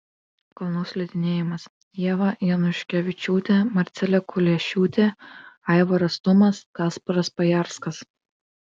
kalnų slidinėjimas ieva januškevičiūtė marcelė kuliešiūtė aivaras tumas kasparas pajarskas